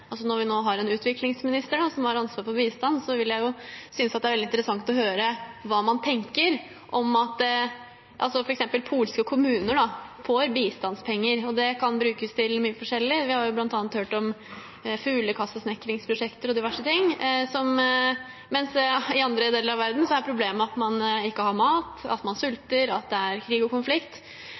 har ansvar for bistand, synes jeg at det ville være veldig interessant å høre hva han tenker om at f.eks. polske kommuner får bistandspenger – og det kan brukes til mye forskjellig, vi har jo bl.a. hørt om fuglekassesnekringsprosjekter og diverse ting – mens i andre deler av verden er problemet at man ikke har mat, at man sulter, at det er krig og konflikt.